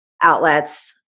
outlets